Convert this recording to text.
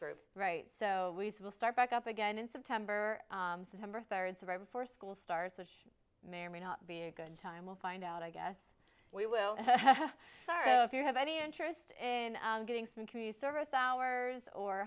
group right so we suppose start back up again in september september third so i'm for school stars which may or may not be a good time we'll find out i guess we will if you have any interest in getting some community service hours or